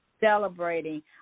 celebrating